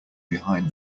behind